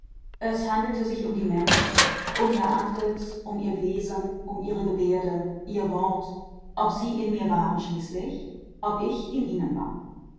es handelte sich um die menschen um ihr antlitz um ihr wesen um ihre gebärde ihr wort ob sie in mir waren schließlich ob ich in ihnen war